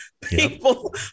people